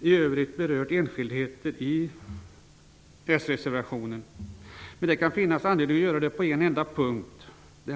i övrigt berört enskildheter i den socialdemokratiska reservationen, men det kan finnas anledning att göra det på en enda punkt.